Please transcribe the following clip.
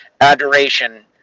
adoration